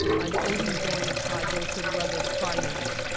i'm always going with tie, goes to the rather to finance.